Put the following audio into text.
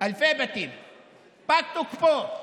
פג תוקפו.